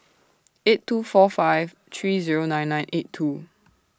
eight two four five three Zero nine nine eight two